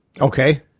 Okay